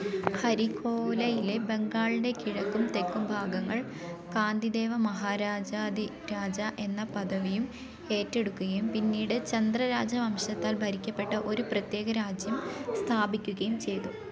ഹരികോലയിലേ ബംഗാളിന്റെ കിഴക്കും തെക്കും ഭാഗങ്ങള് കാന്തിദേവ മഹാരാജാധി രാജ എന്ന പദവിയും ഏറ്റെടുക്കുകയും പിന്നീട് ചന്ദ്രരാജവംശത്താൽ ഭരിക്കപ്പെട്ട ഒരു പ്രത്യേകരാജ്യം സ്ഥാപിക്കുകയും ചെയ്തു